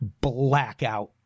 blackout